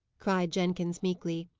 cried jenkins, meekly.